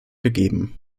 gegeben